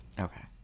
Okay